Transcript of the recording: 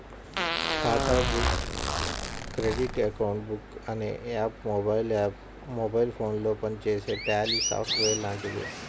ఖాతా book credit account book అనే app mobile ఫోనులో పనిచేసే ట్యాలీ సాఫ్ట్ వేర్ లాంటిది